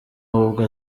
ahubwo